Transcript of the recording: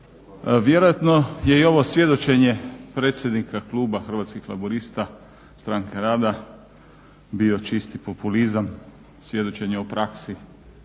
Vjerojatno je i ovo svjedočenje predsjednika kluba Hrvatskih laburista-Stranke rada bio čisti populizam, svjedočenja u praksi